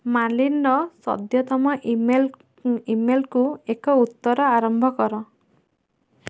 ମାର୍ଲିନ୍ର ସଦ୍ୟତମ ଇମେଲ୍ ଇମେଲ୍କୁ ଏକ ଉତ୍ତର ଆରମ୍ଭ କର